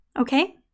okay